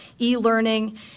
e-learning